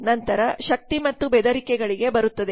ನಂತರ ಶಕ್ತಿ ಮತ್ತು ಬೆದರಿಕೆಗಳಿಗೆ ಬರುತ್ತಿದೆ